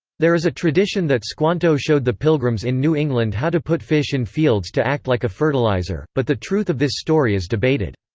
there is a tradition that squanto showed the pilgrims in new england how to put fish in fields to act like a fertilizer, but the truth of this story is debated.